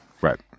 Right